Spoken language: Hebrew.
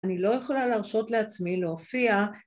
אני לא יכולה להרשות לעצמי להופיע...